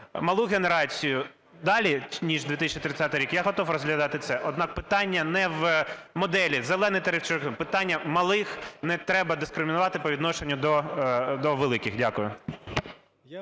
малу генерацію далі, ніж 2030 рік, я готовий розглядати це. Однак, питання не в моделі: "зелений тариф"… Питання малих не треба дискримінувати по відношенню до великих. Дякую.